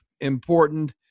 important